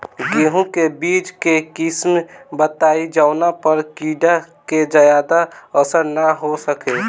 गेहूं के बीज के किस्म बताई जवना पर कीड़ा के ज्यादा असर न हो सके?